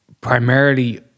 primarily